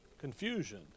Confusion